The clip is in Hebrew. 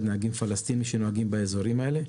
נהגים פלסטינים שנוהגים באזורים האלה,